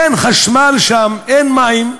אין חשמל שם, אין מים.